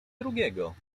drugiego